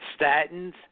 Statins